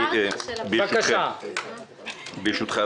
ברשותך,